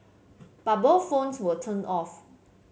but both phones were turned off